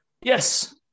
yes